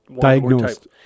Diagnosed